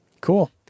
Cool